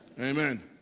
Amen